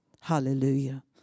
Hallelujah